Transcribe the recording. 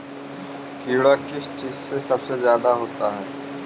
कीड़ा किस चीज से सबसे ज्यादा होता है?